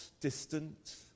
distant